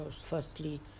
Firstly